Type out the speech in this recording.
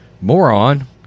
moron